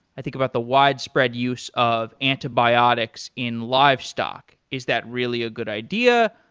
i think about the wide spread use of antibiotics in livestock. is that really a good idea?